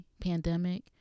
pandemic